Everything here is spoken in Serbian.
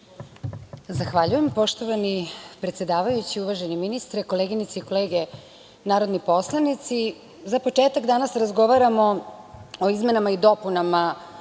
Zahvaljujem. Poštovani predsedavajući, uvaženi ministre, koleginice i kolege narodni poslanici, za početak danas razgovaramo o izmenama i dopunama